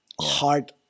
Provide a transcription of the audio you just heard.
heart